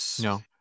No